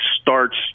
starts –